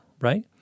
right